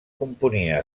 componia